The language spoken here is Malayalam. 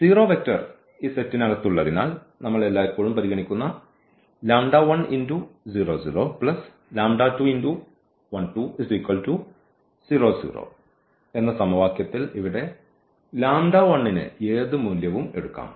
സീറോ വെക്റ്റർ സെറ്റിലുള്ളതിനാൽ നമ്മൾ എല്ലായ്പ്പോഴും പരിഗണിക്കുന്ന എന്ന സമവാക്യത്തിൽ ഇവിടെ ന് ഏതു മൂല്യവും എടുക്കാം